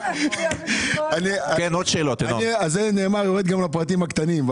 אני יורד לפרטים הקטנים.